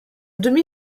demi